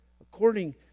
according